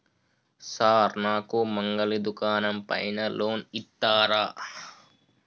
Sir నాకు మంగలి దుకాణం పైన లోన్ ఇత్తరా?